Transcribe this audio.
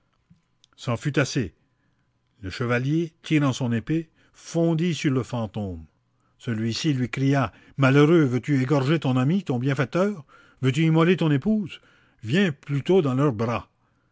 c'en fut assez le chevalier tirant son épée fondit sur le fantôme celui-ci lui cria malheureux veux-tu égorger ton ami ton bienfaiteur veux-tu immoler ton épouse viens plutôt dans leurs bras